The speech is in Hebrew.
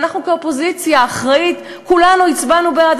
ואנחנו כאופוזיציה אחראית, כולנו הצבענו בעד.